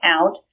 Out